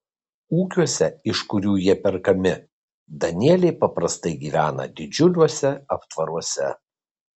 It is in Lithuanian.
ūkiuose iš kurių jie perkami danieliai paprastai gyvena didžiuliuose aptvaruose